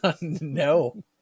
No